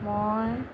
মই